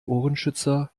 ohrenschützer